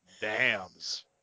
dams